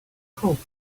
hope